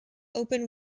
open